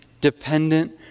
dependent